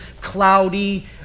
cloudy